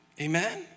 Amen